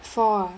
four ah